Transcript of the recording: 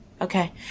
Okay